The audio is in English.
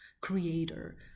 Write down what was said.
creator